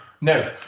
No